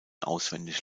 auswendig